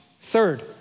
Third